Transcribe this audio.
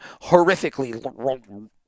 horrifically